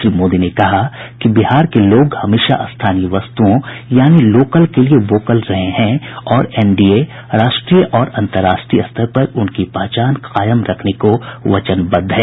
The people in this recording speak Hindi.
श्री मोदी ने कहा कि बिहार के लोग हमेशा स्थानीय वस्तुओं यानी लोकल के लिए वोकल रहे हैं और एनडीए राष्ट्रीय और अन्तरराष्ट्रीय स्तर पर उनकी पहचान कायम रखने को वचनबद्ध है